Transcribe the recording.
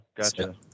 Gotcha